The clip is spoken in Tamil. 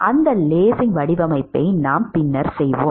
அந்த லேசிங் வடிவமைப்பை நாம் பின்னர் செய்வோம்